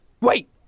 Wait